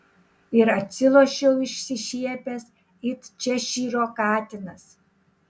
ir atsilošiau išsišiepęs it češyro katinas